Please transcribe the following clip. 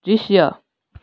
दृश्य